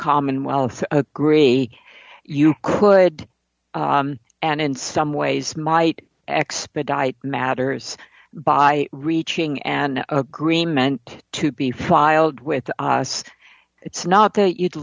commonwealth agree you could and in some ways might expedite matters by reaching an agreement to be filed with us it's not that you'd